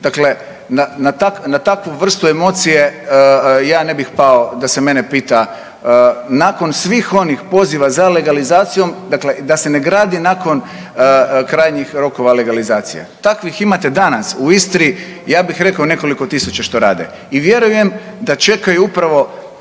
dakle na takvu vrstu emocije ja ne bih pao da se mene pita. Nakon svih onih poziva za legalizacijom dakle da se na gradi nakon krajnjih rokova legalizacije, takvih imate danas u Istri ja bih rekao nekoliko tisuća što rade. I vjerujem da čekaju upravo